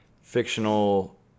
fictional